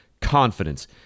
confidence